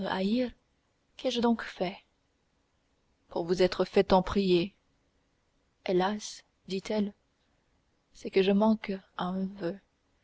donc fait pour vous être tant fait prier hélas dit-elle c'est que je manque à un voeu